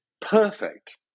perfect